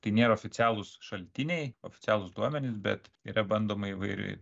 tai nėra oficialūs šaltiniai oficialūs duomenys bet yra bandoma įvairiai